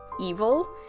evil